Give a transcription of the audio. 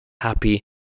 happy